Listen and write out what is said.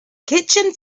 kitchen